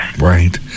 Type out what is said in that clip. Right